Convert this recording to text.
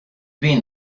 been